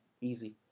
Easy